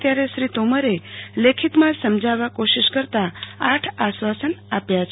ત્યારે શ્રો તોમરે લેખીતમાં સમજાવવા કોશિશ કરતાં આઠ આશ્વાસન આપ્યા છે